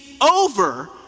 over